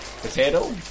Potato